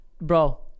bro